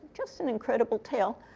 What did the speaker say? just an incredible tale.